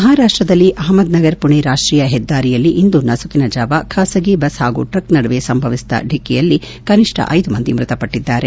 ಮಹಾರಾಷ್ಷದಲ್ಲಿ ಅಹಮದ್ ನಗರ್ ಪುಣೆ ರಾಷ್ಟೀಯ ಹೆದ್ದಾರಿಯಲ್ಲಿ ಇಂದು ನಸುಕಿನ ಜಾವ ಖಾಸಗಿ ಬಸ್ಲ್ ಹಾಗೂ ಟ್ರಕ್ ನಡುವೆ ಸಂಭವಿಸಿದ ಮುಖಾಮುಖಿ ಡಿಕ್ಕಿಯಲ್ಲಿ ಕನಿಷ್ಠ ಐದು ಮಂದಿ ಮೃತಪಟ್ಟಿದ್ದಾರೆ